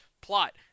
Plot